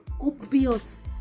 obvious